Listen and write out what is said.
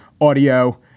audio